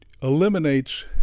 eliminates